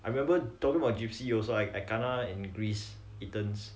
I remember talking about gypsies also I I kena in greece athens